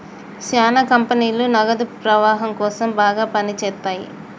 శ్యానా కంపెనీలు నగదు ప్రవాహం కోసం బాగా పని చేత్తయ్యి